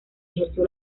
ejerció